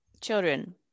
children